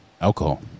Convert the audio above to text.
alcohol